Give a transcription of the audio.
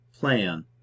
plan